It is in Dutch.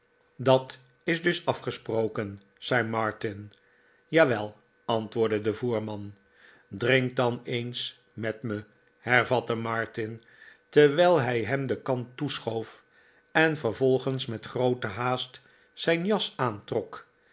dat is dus afgesproken zei martin jawel antwoordde de voerman drink dan eens met me hervatte martin terwijl hij hem de kan toeschoof en vervolgens met groote haast zijn jas aantrok